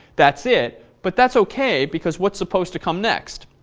that's it. but that's ok because what's supposed to come next?